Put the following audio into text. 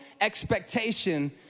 expectation